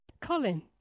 Colin